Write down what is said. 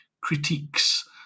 critiques